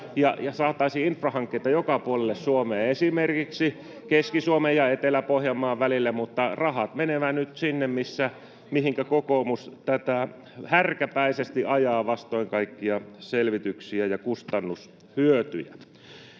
saataisiin infrahankkeita joka puolelle Suomeen, esimerkiksi Keski-Suomen ja Etelä-Pohjanmaan välille, mutta rahat menevät nyt sinne, mihinkä kokoomus tätä härkäpäisesti ajaa vastoin kaikkia selvityksiä ja kustannushyötyjä.